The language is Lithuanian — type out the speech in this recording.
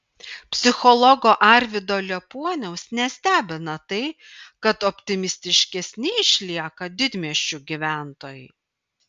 psichologo arvydo liepuoniaus nestebina tai kad optimistiškesni išlieka didmiesčių gyventojai